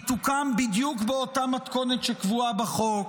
היא תוקם בדיוק באותה מתכונת שקבועה בחוק,